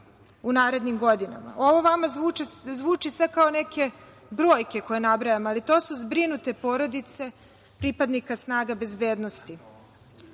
u narednim godinama. Ovo vama zvuči sve kao neke brojke koje nabrajam, ali to su zbrinute porodice pripadnika snaga bezbednosti.